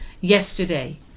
yesterday